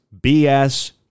BS